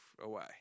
away